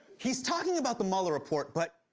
he's talking about the mueller report but.